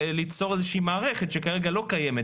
ליצור מערכת שכרגע לא קיימת.